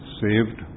saved